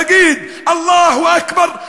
נגיד: אללהו אכבר,